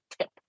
tip